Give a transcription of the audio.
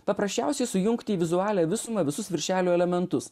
paprasčiausiai sujungti į vizualią visumą visus viršelio elementus